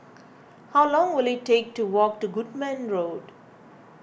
how long will it take to walk to Goodman Road